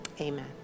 Amen